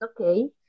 okay